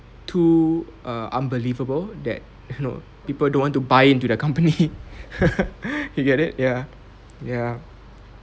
too err unbelievable that you know people don't want to buy into the company you get it ya ya